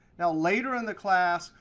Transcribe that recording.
now, later in the class,